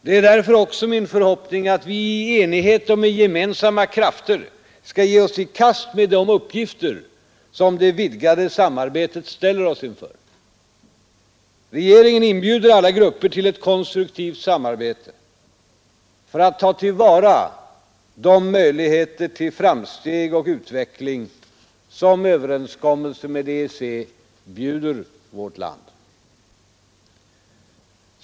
Det är därför också min förhoppning, att vi i enighet och med gemensamma krafter skall ge oss i kast med de uppgifter som det vidgade samarbetet ställer oss inför. Regeringen inbjuder alla grupper till ett konstruktivt samarbete för att ta till vara de möjligheter till framsteg och utveckling som överenskommelsen med EEC bjuder vårt land.